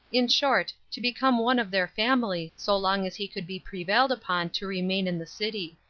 in short, to become one of their family so long as he could be prevailed upon to remain in the city.